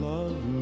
Love